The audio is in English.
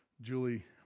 Julie